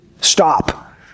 stop